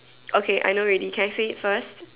okay I know already can I say it first